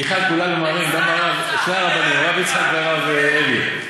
מיכל, כולם ממהרים, גם הרב יצחק והרב אלי.